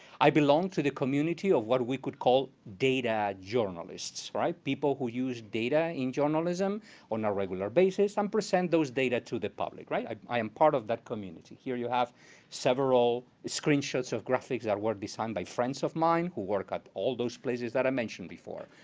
i belong to the community of what we could call data journalists, people who use data in journalism on a regular basis, and um present those data to the public. right? i i am part of that community. here you have several screenshots of graphics that were designed by friends of mine who work at all those places that i mentioned before,